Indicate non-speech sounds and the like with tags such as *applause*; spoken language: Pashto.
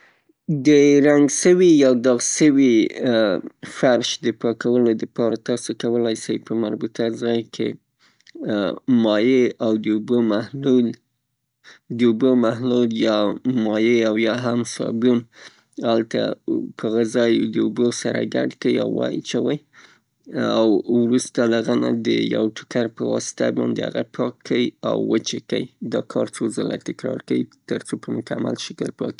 یو باغ ته د پاملرنې په خاطر باندې په منظمه توګه د هغه نباتات یا ونې اوبه سي په منظم شکل؛ ترڅو لامده وساتل سي او هغه بوټي څې دې لازم نه وي څه د دې بوټو سره د رشد وکي هغه باید ترینه للې، *unintelligible* ترینه لیرې کړل سي. او وخت په وخت باندې که چیرې ضرورت وي دهغه دواپاشي وسي تر څو د مضره شیانو نه په امان کې پاتې سي.